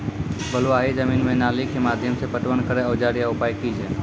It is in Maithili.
बलूआही जमीन मे नाली के माध्यम से पटवन करै औजार या उपाय की छै?